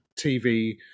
tv